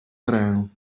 terénu